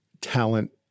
talent